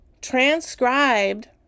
transcribed